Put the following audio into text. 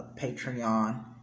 Patreon